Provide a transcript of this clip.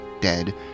dead